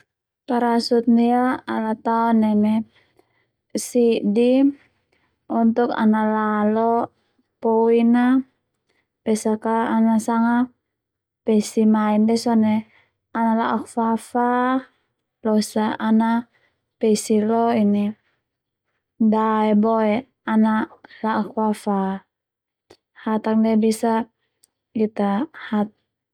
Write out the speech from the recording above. Parasut ndia ala taon neme si'di untuk ana la lo poin na besak ka ana sanga pesi mai ndia sone ana la'ok fa-fa losa ana pesi lo dae boe ana la'ok fa fa hatak ndia bisa Ita hatak.